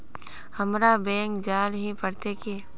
हमरा बैंक जाल ही पड़ते की?